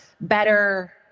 better